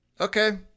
Okay